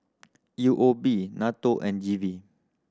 U O B NATO and G V